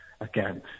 again